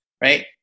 right